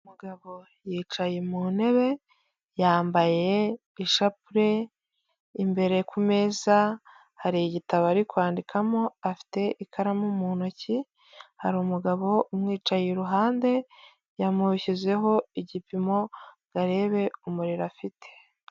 Umugabo yicaye mu ntebe, yambaye ishapure, imbere ku meza hari igitabo ari kwandikamo, afite ikaramu mu ntoki, hari umugabo umwicaye iruhande yamushyizeho igipimo ngo arebe umuriro afite.